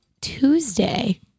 Tuesday